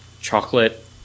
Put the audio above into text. chocolate